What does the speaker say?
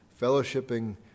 fellowshipping